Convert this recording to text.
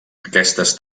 aquestes